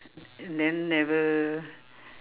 and then never